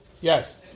Yes